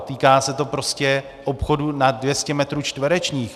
Týká se to prostě obchodů nad 200 metrů čtverečních.